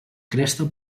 cresta